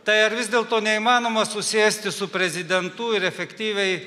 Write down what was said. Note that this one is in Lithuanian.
tai ar vis dėlto neįmanoma susėsti su prezidentu ir efektyviai